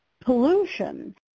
pollution